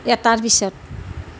এটাৰ পিছত